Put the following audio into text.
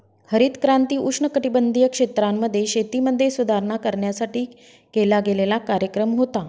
हरित क्रांती उष्णकटिबंधीय क्षेत्रांमध्ये, शेतीमध्ये सुधारणा करण्यासाठी केला गेलेला कार्यक्रम होता